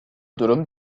durum